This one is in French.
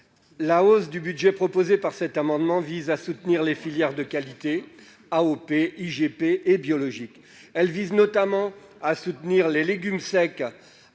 La hausse du budget proposée par cet amendement vise à soutenir les filières de qualité- AOC, IGP -et biologiques. Il s'agit notamment de soutenir les légumes secs